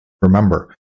remember